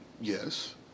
Yes